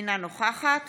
אינה נוכחת